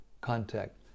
contact